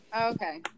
Okay